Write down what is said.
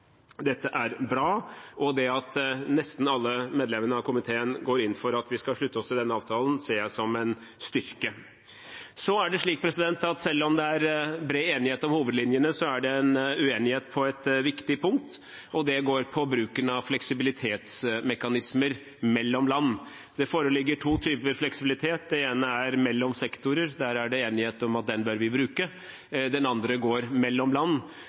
Dette er bra, og det at nesten alle medlemmene av komiteen går inn for at vi skal slutte oss til denne avtalen, ser jeg som en styrke. Så er det slik at selv om det er bred enighet om hovedlinjene, er det uenighet på et viktig punkt, og det går på bruken av fleksibilitetsmekanismer mellom land. Det foreligger to typer fleksibilitet. Den ene er mellom sektorer; der er det enighet om at den bør vi bruke. Den andre går mellom land,